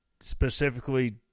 specifically